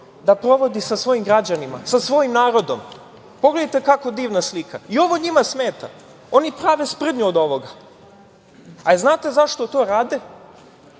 da provodi sa svojim građanima, sa svojim narodom. Pogledajte kako divna slika i ovo njima smeta, oni prave sprdnju od ovoga.A da li znate zašto to rade?